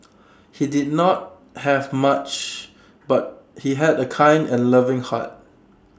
he did not have much but he had A kind and loving heart